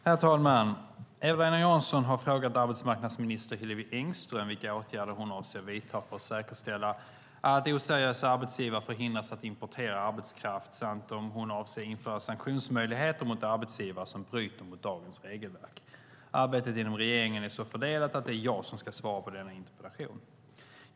Herr talman! Eva-Lena Jansson har frågat arbetsmarknadsminister Hillevi Engström vilka åtgärder hon avser att vidta för att säkerställa att oseriösa arbetsgivare förhindras att importera arbetskraft samt om hon avser att införa sanktionsmöjligheter mot arbetsgivare som bryter mot dagens regelverk. Arbetet inom regeringen är så fördelat att det är jag som ska svara på denna interpellation.